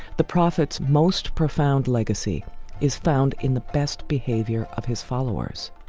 the prophet's most profound legacy is found in the best behavior of his followers.